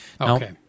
Okay